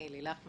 אני לילך,